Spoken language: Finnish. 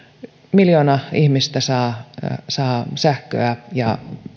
miljoona ihmistä saa saa sähköä ja